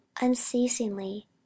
unceasingly